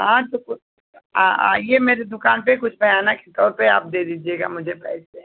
हाँ तो कुछ आइए मेरी दुकान पर कुछ बयाने के तौर पर आप दे दीजिएगा मुझे पैसे